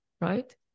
right